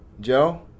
Joe